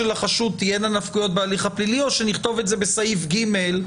החשוד תהיינה נפקויות בהליך הפלילי או שנכתוב את זה בסעיף (ג)?